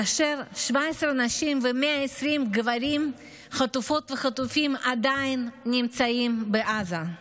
כאשר 17 נשים חטופות ו-120 גברים חטופים עדיין נמצאים בעזה,